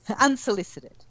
unsolicited